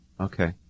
Okay